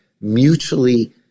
mutually